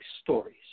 stories